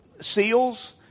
seals